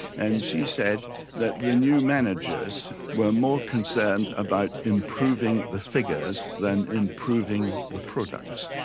and she said that the new managers were more concerned about improving the figures than improving the products,